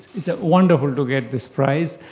it's ah wonderful to get this prize,